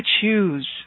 choose